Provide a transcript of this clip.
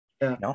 No